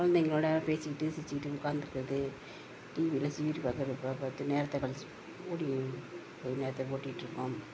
குழந்தைங்களோட பேசிக்கிட்டு சிரிச்சிக்கிட்டு உக்காந்துருக்குறது டிவியில் சீரியல் பாக்கிற நேரத்தை கழித்து ஓட்டி கொண்டு நேரத்தை ஒட்டிக்கிட்டுருக்கோம்